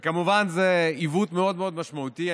כמובן, זה עיוות מאוד מאוד משמעותי.